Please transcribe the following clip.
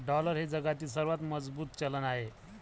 dollar हे जगातील सर्वात मजबूत चलन आहे